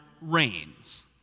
reigns